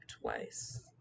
twice